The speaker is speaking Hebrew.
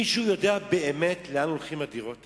מישהו יודע באמת לאן הולכות הדירות האלה?